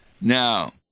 Now